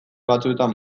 batzuetan